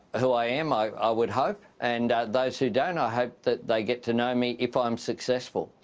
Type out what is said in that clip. who i am, i i would hope, and those who don't i hope that they get to know me, if i'm successful.